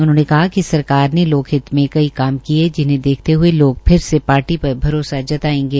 उन्होने कहा कि सरकार ने लोक हित मे कई काम किये जिनहे देखते हये लोग फिर से पार्टी पर भरोसा जतायेंगे